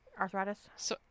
Arthritis